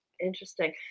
interesting